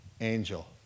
angel